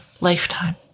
lifetime